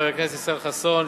חבר הכנסת ישראל חסון,